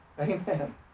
Amen